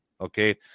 Okay